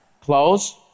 Close